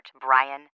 Brian